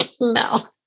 No